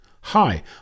Hi